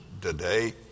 today